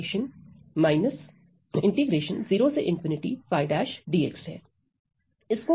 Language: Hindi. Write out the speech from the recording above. तो यह सरल इंटीग्रेशन 𝜙'dx है